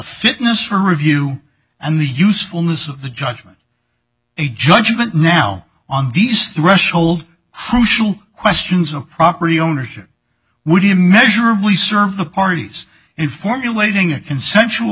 fitness for review and the usefulness of the judgment a judgment now on these threshold crucial questions of property ownership would be measurably serve the parties in formulating a consensual